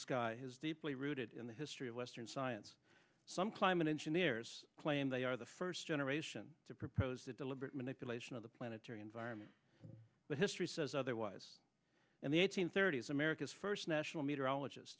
sky his deeply rooted in the history of western science some climate engineers claim they are the first generation to propose the deliberate manipulation of the planetary environment but history says otherwise and the eighteen thirty is america's first national meteorologist